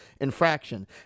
infraction